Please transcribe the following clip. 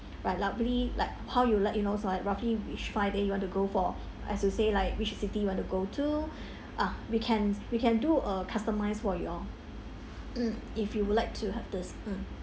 like roughly like how we'll let you know so like roughly which friday you want to go for as you say like which city you want to go to ah we can we can do a customised for y'all mm if you would like to have this mm